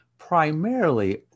primarily